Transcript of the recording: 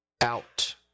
out